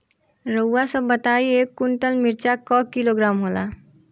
रउआ सभ बताई एक कुन्टल मिर्चा क किलोग्राम होला?